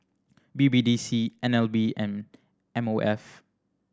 B B D C N L B and M O F